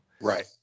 Right